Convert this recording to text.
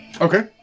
Okay